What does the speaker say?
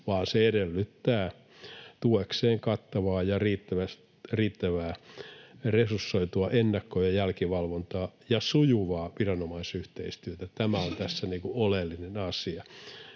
vaan se edellyttää tuekseen kattavaa ja riittävästi resursoitua ennakko- ja jälkivalvontaa ja sujuvaa viranomaisyhteistyötä. Tämä on tässä oleellinen asia.